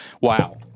Wow